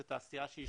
זו תעשייה שהשתרשה,